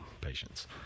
patients